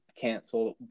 cancel